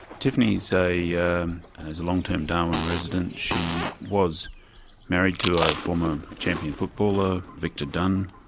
tiffany so yeah um is a long-term darwin resident. she was married to a former um champion footballer, victor dunn,